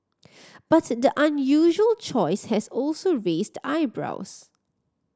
but the unusual choice has also raised eyebrows